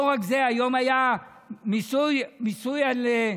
לא רק זה, היום היה מיסוי של,